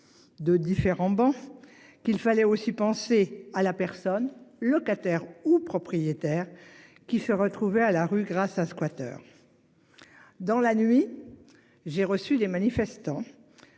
De différents bancs qu'il fallait aussi penser à la personne, locataires ou propriétaires qui se retrouver à la rue grâce à squatter. Dans la nuit, j'ai reçu des manifestants.